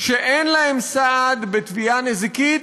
שאין להם סעד בתביעה נזיקית,